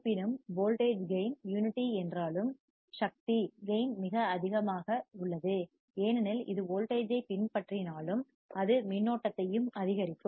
இருப்பினும் voltage gain unity என்றாலும் சக்தி பவர் கேயின் மிக அதிகமாக உள்ளது ஏனெனில் இது வோல்டேஜ் ஐப் பின்பற்றினாலும் அது மின்னோட்டத்தையும் அதிகரிக்கும்